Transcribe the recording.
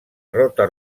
rota